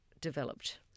developed